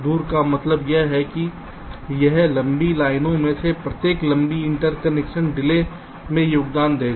दूर का मतलब यह है कि यह लंबी लाइनों में से प्रत्येक लंबी इंटरकनेक्शन डिले में योगदान देगा